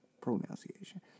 Pronunciation